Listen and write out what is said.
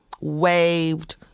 waved